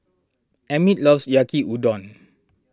Emmit loves Yaki Udon